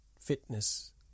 fitness